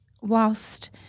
whilst